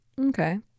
Okay